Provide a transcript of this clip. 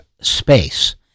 space